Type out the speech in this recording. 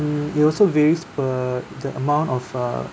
it also varies per the amount of err